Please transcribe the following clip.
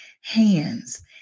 hands